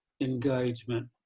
engagement